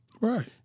Right